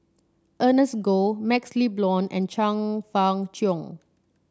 Ernest Goh MaxLe Blond and Chong Fah Cheong